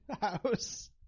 house